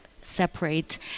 separate